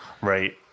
Right